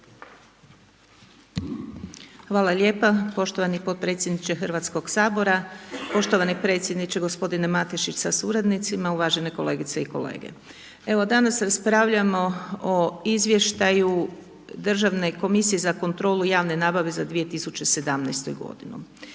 Hvala lijepo poštovani potpredsjedniče HS-a. Poštovani predsjedničke g. Matešić sa suradnicima, uvažene kolegice i kolege. Evo danas raspravljamo o izvještaju Državne komisije za kontrolu javne nabave za 2017. godinu.